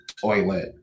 toilet